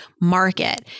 market